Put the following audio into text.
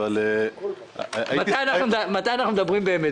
מתי אנחנו מדברים באמת?